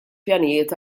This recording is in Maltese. pjanijiet